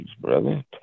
brother